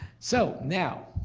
so now,